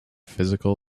physical